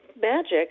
magic